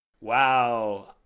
Wow